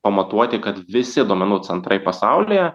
pamatuoti kad visi duomenų centrai pasaulyje